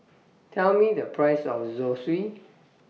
Tell Me The Price of Zosui